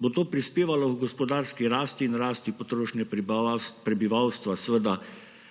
Bo to prispevalo h gospodarski rasti in rasti potrošnje prebivalstva? Seveda